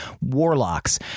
warlocks